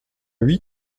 huit